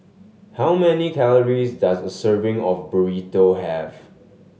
how many calories does a serving of Burrito have